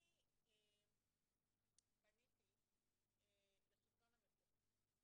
אני פניתי לשלטון המקומי.